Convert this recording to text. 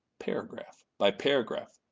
paragraph by paragraph,